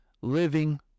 living